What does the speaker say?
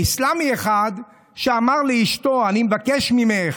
מוסלמי אחד שאמר לאשתו: אני מבקש ממך,